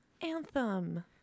anthem